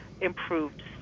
improved